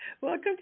Welcome